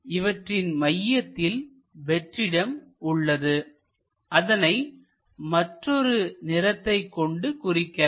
இவற்றின் மையத்தில் வெற்றிடம் உள்ளது அதனை மற்றொரு நிறத்தை கொண்டு குறிக்கலாம்